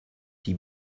fee